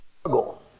struggle